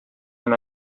amb